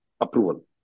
approval